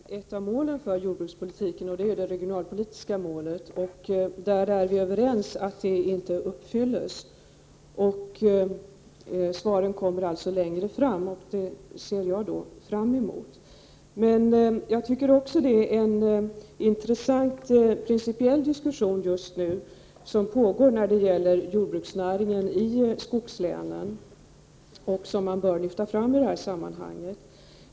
Herr talman! Jag anknöt till ett av målen för jordbrukspolitiken, det regionalpolitiska målet. Vi är överens om att det inte uppfylls. Svaren kommer alltså så småningom, och det ser jag fram emot. Jag tycker också att det är en intressant principiell diskussion som pågår just nu när det gäller jordbruksnäringen i skogslänen och som man bör lyfta fram i detta sammanhang.